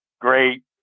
Great